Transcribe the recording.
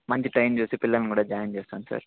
మంచి టైం చూసి పిల్లల్ని కూడా జాయిన్ చేస్తాను సార్